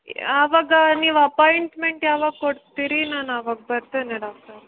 ಆವಾಗ ನೀವು ಅಪಾಯಿಂಟ್ಮೆಂಟ್ ಯಾವಾಗ ಕೊಡ್ತೀರಿ ನಾನು ಆವಾಗ ಬರ್ತೇನೆ ಡಾಕ್ಟರ್